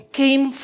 came